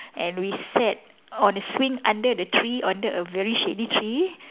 and we sat on a swing under the tree under a very shady tree